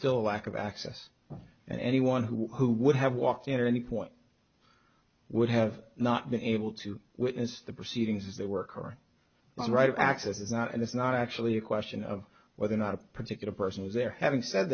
still a lack of access and anyone who would have walked into any i would have not been able to witness the proceedings as they work or write access is not and it's not actually a question of whether or not a particular person was there having said